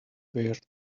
beard